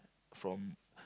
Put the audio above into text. from